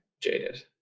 jaded